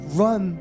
run